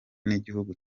n’igihugu